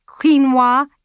quinoa